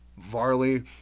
Varley